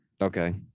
Okay